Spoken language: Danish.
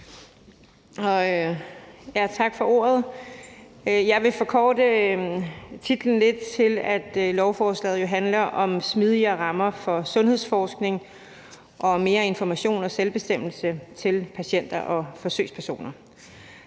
Tak for ordet. Jeg vil forkorte titlen lidt til, at lovforslaget handler om smidigere rammer for sundhedsforskning og om mere information og selvbestemmelse til patienter og forsøgspersoner.